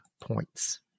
points